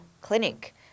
clinic